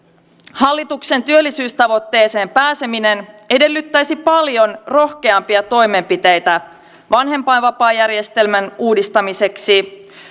hallituksen työllisyystavoitteeseen pääseminen edellyttäisi paljon rohkeampia toimenpiteitä vanhempainvapaajärjestelmän uudistamiseksi